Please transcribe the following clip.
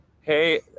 hey